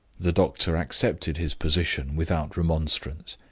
the doctor accepted his position without remonstrance.